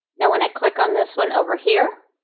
now when i click on this one over here,